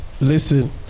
Listen